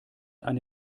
eine